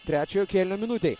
trečiojo kėlinio minutei